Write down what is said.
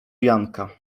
janka